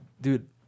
dude